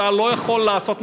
אתה לא יכול לעשות,